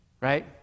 Right